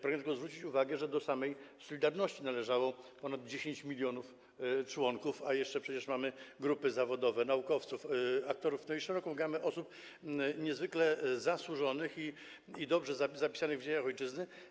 Proszę tylko zwrócić uwagę, że do samej „Solidarności” należało ponad 10 mln członków, a jeszcze przecież mamy różne grupy zawodowe, naukowców, aktorów, szeroką gamę osób niezwykle zasłużonych i dobrze zapisanych w dziejach ojczyzny.